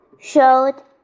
showed